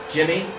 Jimmy